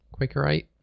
Quakerite